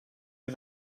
you